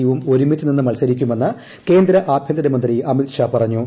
U വും ഒരുമിച്ചുനിന്ന് മത്സരിക്കുമെന്ന് കേന്ദ്ര ആഭ്യന്തരമന്ത്രി അമിത്ഷാ പറഞ്ഞു